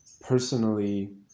personally